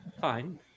fine